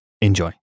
Enjoy